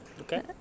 Okay